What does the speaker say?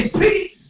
peace